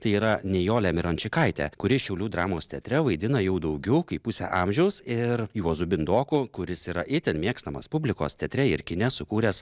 tai yra nijolė mirončikaitė kuri šiaulių dramos teatre vaidina jau daugiau kaip pusę amžiaus ir juozu bindoku kuris yra itin mėgstamas publikos teatre ir kine sukūręs